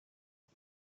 iki